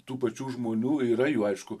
tų pačių žmonių yra jų aišku